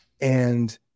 And-